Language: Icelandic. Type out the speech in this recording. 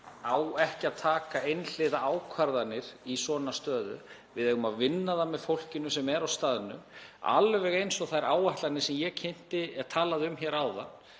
á ekki að taka einhliða ákvarðanir í svona stöðu. Við eigum að vinna það með fólkinu sem er á staðnum, alveg eins og þær áætlanir sem ég talaði um hér áðan